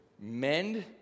Mend